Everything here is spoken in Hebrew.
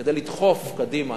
כדי לדחוף קדימה.